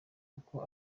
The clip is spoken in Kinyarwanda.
kuko